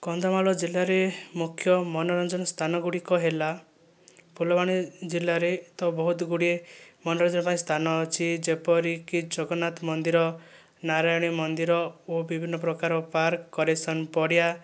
କନ୍ଧମାଳ ଜିଲ୍ଲାରେ ମୁଖ୍ୟ ମନୋରଞ୍ଜନ ସ୍ଥାନ ଗୁଡ଼ିକ ହେଲା ଫୁଲବାଣୀ ଜିଲ୍ଲାରେ ତ ବହୁତ ଗୁଡ଼ିଏ ମନୋରଞ୍ଜନ ପାଇଁ ସ୍ଥାନ ଅଛି ଯେପରି କି ଜଗନ୍ନାଥ ମନ୍ଦିର ନାରାୟଣୀ ମନ୍ଦିର ଓ ବିଭିନ୍ନ ପ୍ରକାର ପାର୍କ କରେସନ ପଡ଼ିଆ